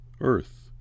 earth